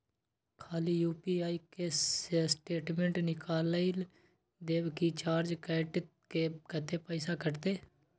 खाली यु.पी.आई के स्टेटमेंट निकाइल देबे की चार्ज कैट के, कत्ते पैसा कटते?